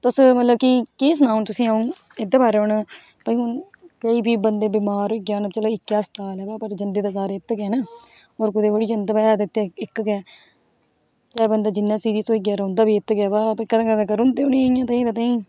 तुस मतलब कि केह् सनांऽ हून तुसें गी अ'ऊं एह्दे बारै हून भाई हून केईं भी बंदे बमार होई जान चलो इक्कै अस्ताल ऐ पर जंदे ते सारे इत्त गै न होर कुतै थोह्ड़े जंदे पर है ते इत्त इक गै ऐ चाहे बंदा जिन्ना सीरियस होई जाऐ रौंह्दा बी इत्त गै बाऽॉ भाई कदें कदें करी ओड़दे उ'नें गी ताहीं दा ताहीं